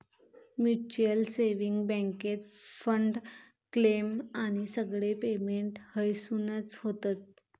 mutual saving बॅन्केत fund, claim आणि सगळे पेमेंट हयसूनच होतत